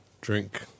Drink